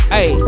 Hey